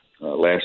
last